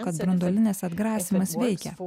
kad branduolinis atgrasymas veikia